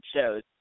shows